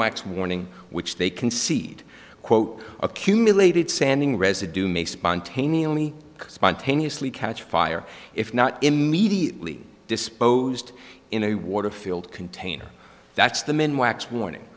warning which they concede quote accumulated sanding residue may spontaneously spontaneously catch fire if not immediately disposed in a water filled container that's the m